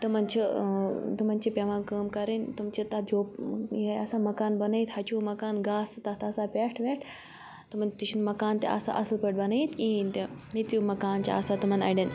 تِمَن چھِ تِمَن چھِ پیٚوان کٲم کَرٕنۍ تِم چھِ تَتھ جو یِہٕے آسان مَکان بَنٲیِتھ ہَچِو مَکان گاسہٕ تَتھ آسان پٮ۪ٹھ وٮ۪ٹھ تِمَن تہِ چھِنہٕ مَکان تہِ آسان اَصٕل پٲٹھۍ بَنٲیِتھ کِہیٖنۍ تہِ ییٚتہِ مَکان چھِ آسان تِمَن اَڑٮ۪ن